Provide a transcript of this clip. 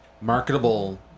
marketable